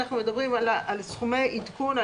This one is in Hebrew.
אנחנו מדברים על סכומי עדכון,